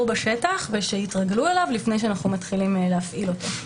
בשטח כדי שיתרגלו אליו לפני שאנחנו מתחילים להפעיל אותו.